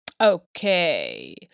okay